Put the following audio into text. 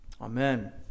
Amen